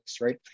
right